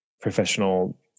professional